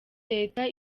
leta